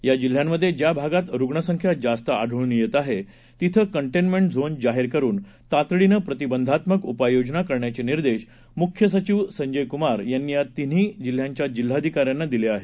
या जिल्ह्यांमधे ज्या भागात रुग्णसंख्या जास्त आढळून येत आहे तिथं कंटेनमेंट झोन जाहीर करुन तातडीनं प्रतिबंधात्मक उपाययोजना करण्याचे निर्देश मुख्य सचिव संजय कुमार यांनी या तिन्ही जिल्ह्यांच्या जिल्हाधिकाऱ्यांना दिले आहेत